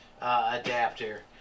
adapter